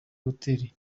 hoteli